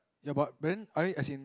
ya but but then I as in